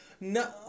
No